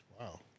Wow